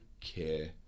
care